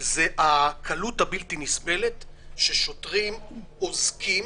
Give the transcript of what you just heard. זה הקלות הבלתי נסבלת ששוטרים אוזקים,